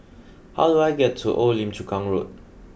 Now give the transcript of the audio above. how do I get to Old Lim Chu Kang Road